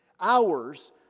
hours